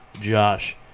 Josh